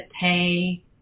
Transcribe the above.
pay